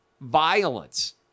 Violence